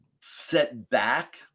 setback